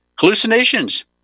hallucinations